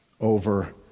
over